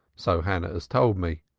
so hannah has told me.